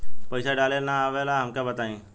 पईसा डाले ना आवेला हमका बताई?